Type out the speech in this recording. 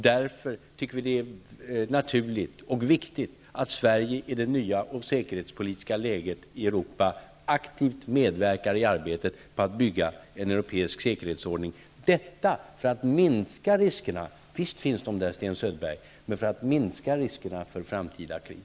Därför tycker vi att det är naturligt och viktigt att Sverige i det nya säkerhetspolitiska läget i Europa aktivt medverkar i arbetet på att bygga en europeisk säkerhetsordning -- detta för att minska riskerna. Visst finns det risker, Sten Söderberg, men vi kan härigenom minska riskerna för framtida krig.